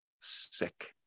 sick